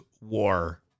war